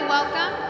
Welcome